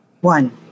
one